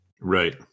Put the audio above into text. Right